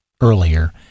earlier